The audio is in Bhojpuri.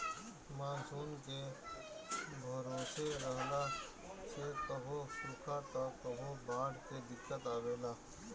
मानसून के भरोसे रहला से कभो सुखा त कभो बाढ़ से दिक्कत आवेला